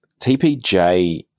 tpj